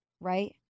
right